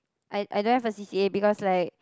I I don't have a C_C_A because like